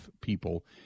people